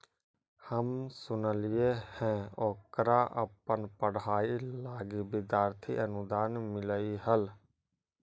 हम सुनलिइ हे ओकरा अपन पढ़ाई लागी विद्यार्थी अनुदान मिल्लई हल